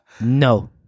No